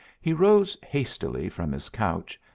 he rose hastily from his couch,